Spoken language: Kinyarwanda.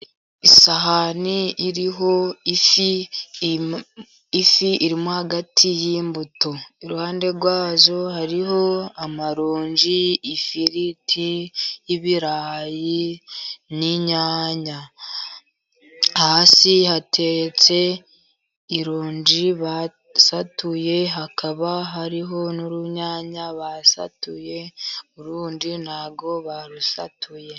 Isahani iriho ifi, ifi irimo hagati y'imbuto iruhande rwazo hariho amaronji, ifiriti y'ibirayi n'inyanya. Hasi hateretse ironji basatuye, hakaba hariho n'urunyanya basatuye, urundi ntabwo barusatuye.